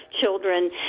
children